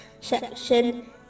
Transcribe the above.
section